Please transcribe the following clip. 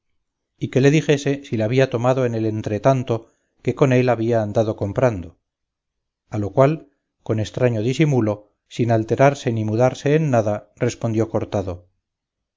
y que le dijese si la había tomado en el entretanto que con él había andado comprando a lo cual con estraño disimulo sin alterarse ni mudarse en nada respondió cortado